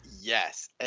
yes